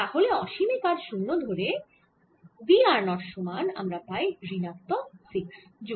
তাহলে অসীমে কাজ শূন্য ধরে v r 0 সমান আমরা পাই ঋণাত্মক 60 জ্যুল